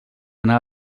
anar